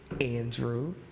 Andrew